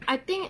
I think